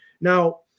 Now